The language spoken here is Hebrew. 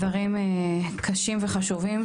דברים קשים וחשובים,